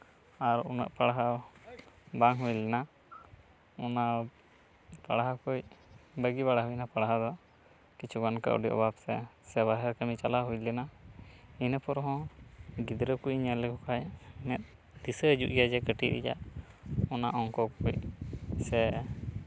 ᱟᱨ ᱩᱱᱟᱹᱜ ᱯᱟᱲᱦᱟᱣ ᱵᱟᱝ ᱦᱩᱭ ᱞᱮᱱᱟ ᱚᱱᱟ ᱯᱟᱲᱦᱟᱣ ᱠᱷᱚᱱ ᱵᱟᱹᱜᱤ ᱵᱟᱲᱟ ᱦᱩᱭᱱᱟ ᱯᱟᱲᱦᱟᱣ ᱫᱚ ᱠᱤᱪᱷᱩ ᱜᱟᱱ ᱠᱟᱹᱣᱰᱤ ᱚᱵᱷᱟᱵᱽ ᱥᱮ ᱵᱟᱦᱨᱮ ᱠᱟᱹᱢᱤ ᱪᱟᱞᱟᱣ ᱦᱩᱭ ᱞᱮᱱᱟ ᱤᱱᱟᱹ ᱯᱚᱨ ᱦᱚᱸ ᱜᱤᱫᱽᱨᱟᱹ ᱠᱚᱧ ᱧᱮᱞ ᱞᱮᱠᱚ ᱠᱷᱟᱱ ᱫᱤᱥᱟᱹ ᱦᱤᱡᱩᱜ ᱜᱮᱭᱟ ᱡᱮ ᱠᱟᱹᱴᱤᱡ ᱨᱮᱭᱟᱜ ᱚᱱᱟ ᱚᱝᱠᱚ ᱠᱚ ᱥᱮ